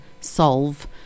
solve